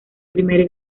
primer